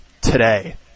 today